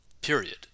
period